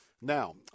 Now